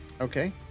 Okay